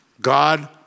God